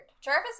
Jarvis